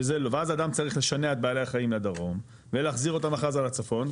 ואז אדם צריך לשנע את בעלי החיים לדרום ולהחזיר אותם אחרי זה לצפון,